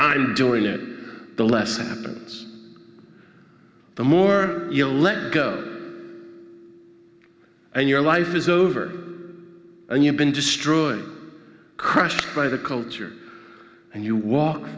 e doing it the less it happens the more you let go and your life is over and you've been destroyed crushed by the culture and you walk